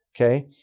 okay